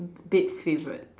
bed favourite